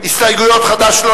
לשנת הכספים 2011,